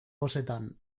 bozetan